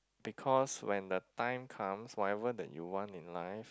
because when the time comes whatever that you want in life